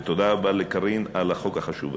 ותודה רבה לחברת הכנסת קארין אלהרר על החוק החשוב הזה.